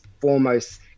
foremost